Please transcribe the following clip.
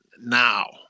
now